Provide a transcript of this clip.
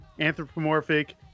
Anthropomorphic